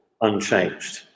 unchanged